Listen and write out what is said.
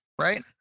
right